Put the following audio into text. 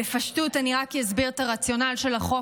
בפשטות אני רק אסביר את הרציונל של החוק